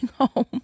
home